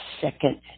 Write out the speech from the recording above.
second